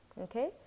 okay